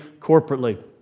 corporately